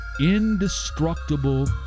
indestructible